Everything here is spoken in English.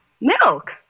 Milk